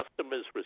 customers